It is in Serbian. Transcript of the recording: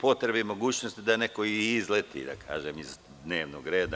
potrebe i mogućnosti da neko i izleti, da kažem, iz dnevnog reda.